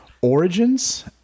Origins